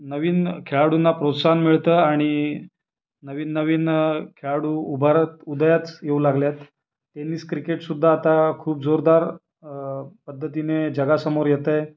नवीन खेळाडूंना प्रोत्साहन मिळतं आणि नवीन नवीन खेळाडू उभारत उदयास येऊ लागल्यात टेनिस क्रिकेटसुद्धा आता खूप जोरदार पद्धतीने जगासमोर येतं आहे